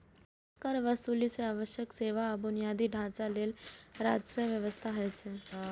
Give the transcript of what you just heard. कर वसूली सं आवश्यक सेवा आ बुनियादी ढांचा लेल राजस्वक व्यवस्था होइ छै